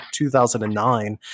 2009